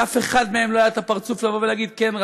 לאף אחד מהם לא היה את הפרצוף לבוא ולהגיד: כן,